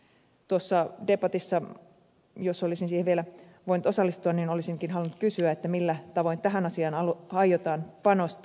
tuossa debatissa jos olisin siihen vielä voinut osallistua olisinkin halunnut kysyä millä tavoin tähän asiaan aiotaan panostaa